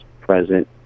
present